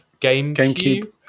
GameCube